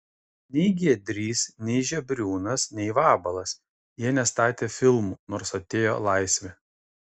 nei giedrys nei žebriūnas nei vabalas jie nestatė filmų nors atėjo laisvė